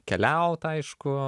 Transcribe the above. keliaut aišku